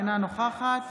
אינה נוכחת